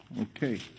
Okay